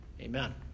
Amen